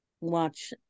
watch